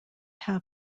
have